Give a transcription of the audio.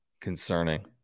concerning